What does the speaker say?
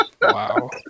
Wow